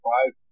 Five